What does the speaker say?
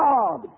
God